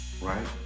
right